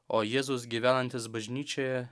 o jėzus gyvenantis bažnyčioje